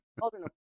children